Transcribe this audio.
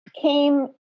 came